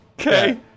Okay